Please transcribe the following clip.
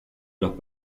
los